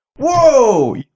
Whoa